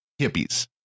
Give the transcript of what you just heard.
hippies